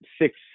six